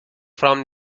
from